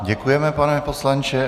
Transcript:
Děkujeme, pane poslanče.